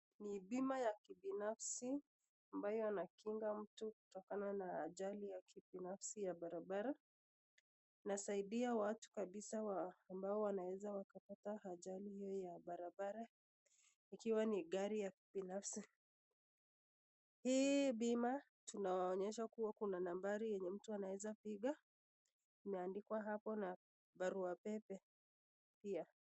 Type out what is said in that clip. Ni bima ya kibinafsi ambayo inakinga mtu kutokana na ajali ya kibinafsi ya barabara, inasaidia watu kabisa ambao wanaeza wakapata ajali hiyo ya barabara, ikiwa ni gari ya kibinafsi. Hii bima tunaonyeshwa kuwa kuna nambari yenye mtu anaweza piga, imeandikwa hapo na barua pepe pia.